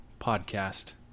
podcast